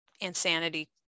insanity